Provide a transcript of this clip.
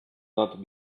not